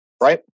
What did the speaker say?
right